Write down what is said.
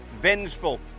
vengeful